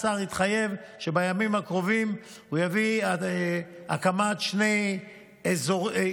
השר התחייב שבימים הקרובים הוא יביא את הקמת שני אזורי,